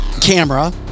camera